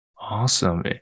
awesome